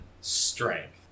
strength